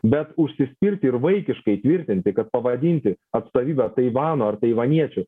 bet užsispirti ir vaikiškai tvirtinti kad pavadinti atstovybę taivano ar taivaniečių